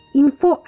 info